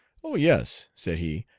oh! yes, said he,